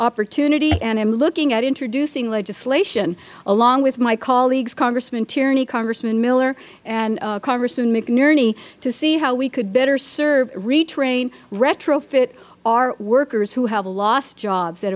opportunity and am looking at introducing legislation along with my colleagues congressman tierney congressman miller and congressman mcnerney to see how we could better serve retrain retrofit our workers who have lost jobs that